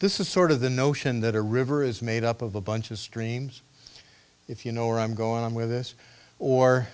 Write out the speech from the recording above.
this is sort of the notion that a river is made up of a bunch of streams if you know where i'm going with this or